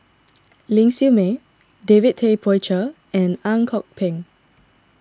Ling Siew May David Tay Poey Cher and Ang Kok Peng